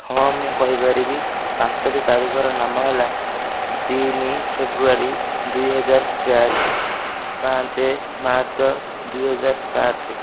ହଁ ମୁଁ କହିପାରିବି ପାଞ୍ଚୋଟି ତାରିଖର ନାମ ହେଲା ତିନି ଫେବୃଆରୀ ଦୁଇହଜାର ଚାରି ପାଞ୍ଚ ମାର୍ଚ୍ଚ ଦୁଇହଜାର ସାତ